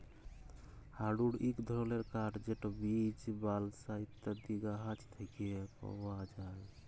hardwood ইক ধরলের কাঠ যেট বীচ, বালসা ইত্যাদি গাহাচ থ্যাকে পাউয়া যায়